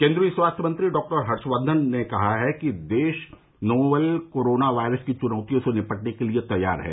केन्द्रीय स्वास्थ्य मंत्री डॉक्टर हर्षवर्धन ने कहा कि देश नोवेल कोरोना वायरस की चुनौतियों से निपटने के लिए तैयार है